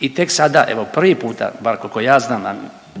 i tek sada evo prvi puta bar kolko ja znam,